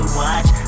watch